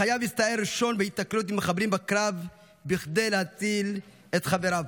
בחייו הסתער ראשון בהיתקלות עם מחבלים בקרב כדי להציל את חבריו,